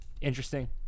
interesting